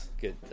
good